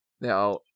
Now